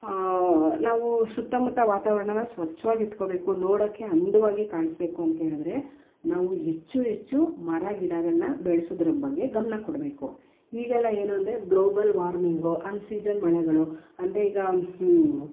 ನಾವೂ ಸುತ್ತಮುತ್ತ ವಾತಾವರಣನ ಸ್ವಚ್ಛವಾಗಿಟ್ಕೊಬೇಕು ನೋಡೋಕೆ ಅಂದವಾಗಿ ಕಾಣಿಸ್ಬೇಕು ಅಂತ್ಹೇಳಿದ್ರೆ ನಾವು ಹೆಚ್ಚು ಹೆಚ್ಚು ಮರಗಿಡಗಳನ್ನು ಬೆಳ್ಸೋದ್ರ ಬಗ್ಗೆ ಗಮನ ಕೊಡಬೇಕು ಈಗೆಲ್ಲ ಏನು ಅಂದರೆ ಗ್ಲೋಬಲ್ ವಾರ್ಮಿಂಗೊ ಅನ್ಸೀಜನ್ ಮಳೆಗಳು ಅಂದರೆ ಈಗ